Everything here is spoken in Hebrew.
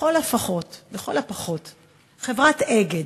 לכל הפחות חברת "אגד":